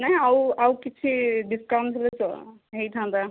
ନାଇ ଆଉ ଆଉ କିଛି ଡ଼ିସ୍କାଉଣ୍ଟ ଥିଲେ ହେଇଥାନ୍ତା